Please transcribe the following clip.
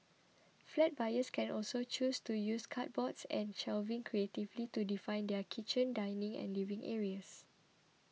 flat buyers can also choose to use cupboards and shelving creatively to define their kitchen dining and living areas